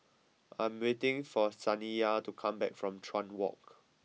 I am waiting for Saniyah to come back from Chuan Walk